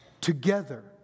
together